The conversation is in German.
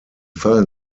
fallen